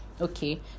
okay